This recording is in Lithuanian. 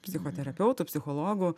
psichoterapeutų psichologų